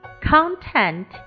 content